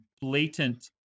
blatant